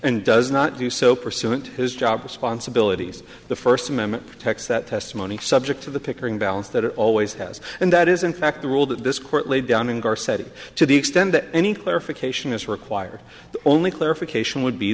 and does not do so pursuant his job responsibilities the first amendment protects that testimony subject to the pickering balance that it always has and that is in fact the rule that this court laid down in garside to the extent that any clarification is required only clarification would be